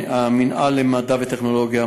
המינהל למדע וטכנולוגיה,